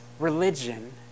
Religion